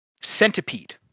centipede